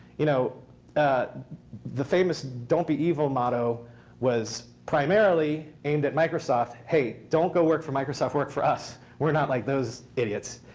you know the famous don't be evil motto was primarily aimed at microsoft. hey, don't go work for microsoft. work for us. we're not like those idiots.